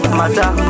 matter